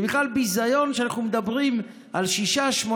זה בכלל ביזיון שאנחנו מדברים על 6 8